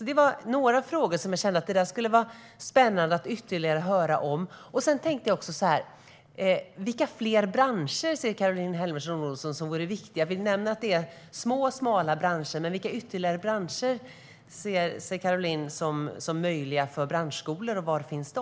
Det var ett par frågor som det skulle vara spännande att höra mer om. Vilka fler branscher ser Caroline Helmersson Olsson som viktiga? Vi nämner att det är små och smala branscher, men vilka ytterligare branscher ser Caroline som möjliga för branschskolor, och var finns de?